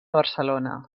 barcelona